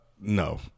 no